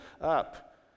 up